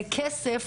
כסף,